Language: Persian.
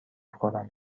خورم